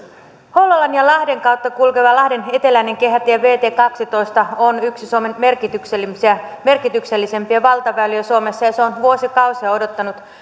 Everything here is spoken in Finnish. hollolan ja lahden kautta kulkeva lahden eteläinen kehätie vt kaksitoista on yksi suomen merkityksellisimpiä merkityksellisimpiä valtaväyliä ja se on vuosikausia odottanut